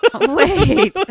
wait